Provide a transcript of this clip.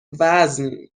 وزن